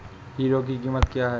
Hero की कीमत क्या है?